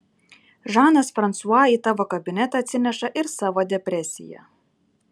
žanas fransua į tavo kabinetą atsineša ir savo depresiją